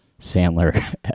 Sandler